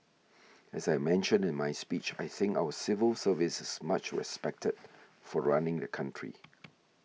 as I mentioned in my speech I think our civil service is much respected for running the country